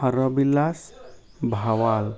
Harbilas Bhawal